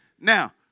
Now